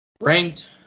ranked